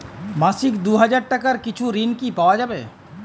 মাসিক দুই হাজার টাকার কিছু ঋণ কি পাওয়া যাবে?